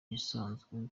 ibisanzwe